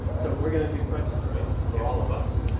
so, we're going to do questions right? for all of us?